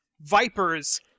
Viper's